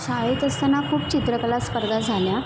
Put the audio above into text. शाळेत असताना खूप चित्रकला स्पर्धा झाल्या